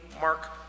Mark